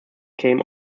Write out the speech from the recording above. came